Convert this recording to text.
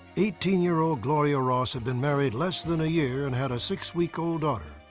eighteen year old gloria ross had been married less than a year and had a six-week-old daughter.